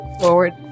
forward